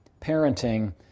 parenting